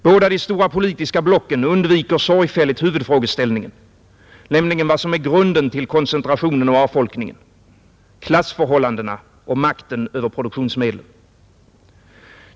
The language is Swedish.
Båda de stora politiska blocken undviker sorgfälligt huvudfrågeställningen, nämligen vad som är grunden till koncentrationen och avfolkningen: klassförhållandena och makten över produktionsmedlen.